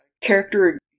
character